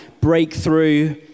Breakthrough